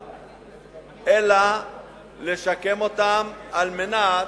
אלא לשקם אותם על מנת